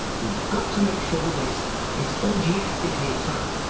you've got to make sure that it's it's orgiastically exciting.